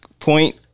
point